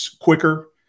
quicker